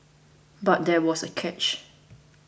but there was a catch